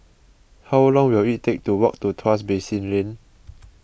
how long will it take to walk to Tuas Basin Lane